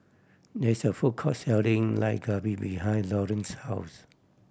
there is a food court selling Dak Galbi behind Laurence's house